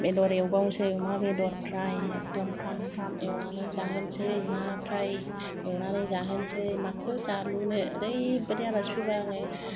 बेदर एवबावसै अमा बेदर फ्राय एकदम फ्राम फ्राम एवनानै जाहैनोसै ना फ्रय एवनानै जाहोनोसै माखौ जालुनो ओरैबायदि आलासि फैबा आङो